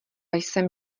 jsem